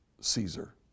Caesar